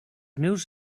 meus